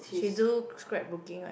she do scrap booking one